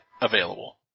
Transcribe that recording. available